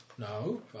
No